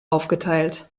aufgeteilt